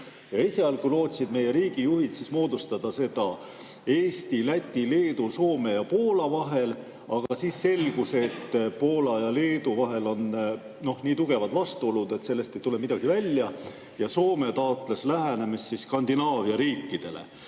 Esialgu lootsid meie riigijuhid moodustada selle Eesti, Läti, Leedu, Soome ja Poola vahel. Aga siis selgus, et Poola ja Leedu vahel on nii tugevad vastuolud, et sellest ei tule midagi välja, ja Soome taotles lähenemist Skandinaavia riikidele.